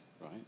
Right